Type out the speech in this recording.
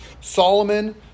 Solomon